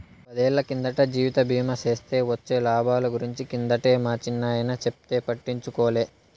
పదేళ్ళ కిందట జీవిత బీమా సేస్తే వొచ్చే లాబాల గురించి కిందటే మా చిన్నాయన చెప్తే పట్టించుకోలే